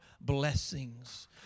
blessings